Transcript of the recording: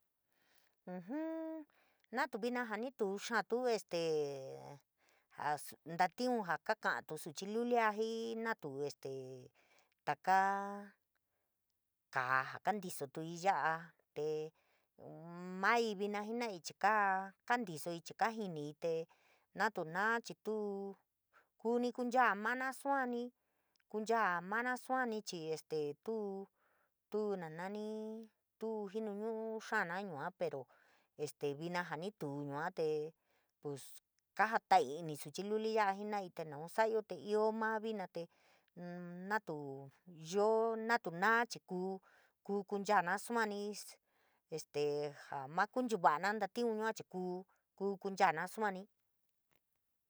Uu juu, na tu vina ja ni tuu xaa tu, este tatiub jaa kaka’tu suchi lulia jii, natu este taka kaa jaa kantisotuii chii kajinii, te na tu naa chii tuu, kuu ni kunchaa mana suani, kuncha mana suani chii este tu tuu na nanii tuu jinu ñu’uno xaano yua pero este vina jani tuu yua te pues kajataii ini suchi luli ya’a jenaii, te nau sa’ayo te ioo maa vina te natuu yoo, natu naa chii kuu kuu kunchavana ntatiun yua chii kuu kuu nchaana suani.